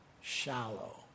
shallow